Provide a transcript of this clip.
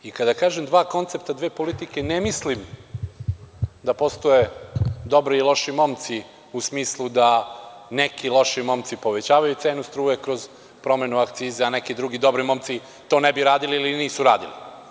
I kada kažem – dva koncepta, dve politike, ne mislim da postoje dobri i loši momci, u smislu da neki loši momci povećavaju cenu struje kroz promenu akciza, a neki drugi dobri momci to ne bi radili ili nisu radili.